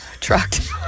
Trucked